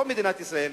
לא מדינת ישראל,